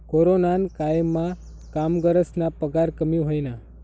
कोरोनाना कायमा कामगरस्ना पगार कमी व्हयना